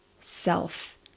self